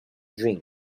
drink